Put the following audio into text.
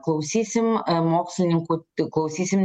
klausysim mokslininkų klausysim